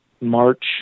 March